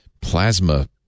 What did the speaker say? plasma